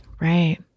Right